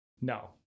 No